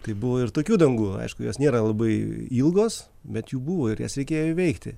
tai buvo ir tokių dangų aišku jos nėra labai ilgos bet jų buvo ir jas reikėjo įveikti